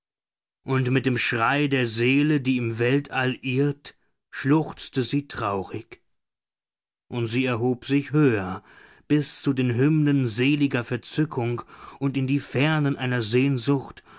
und mit dem schrei der seele die im weltall irrt schluchzte sie traurig und sie erhob sich höher bis zu den hymnen seliger verzückung und in die fernen einer sehnsucht